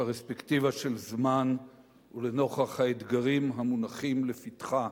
בפרספקטיבה של זמן ולנוכח האתגרים המונחים לפתחה